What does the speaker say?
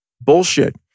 Bullshit